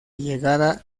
llegada